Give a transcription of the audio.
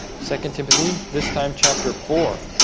second timothy this time chapter four